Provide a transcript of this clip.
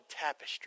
tapestry